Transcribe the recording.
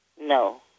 No